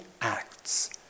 acts